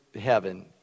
heaven